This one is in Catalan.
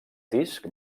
disc